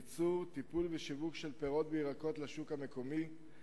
ייצור, טיפול ושיווק של פירות וירקות לשוק המקומי.